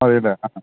മതി അല്ലേ ആ ആ